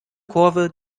kurve